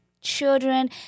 children